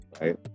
right